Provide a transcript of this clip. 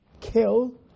kill